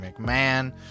McMahon